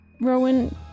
Rowan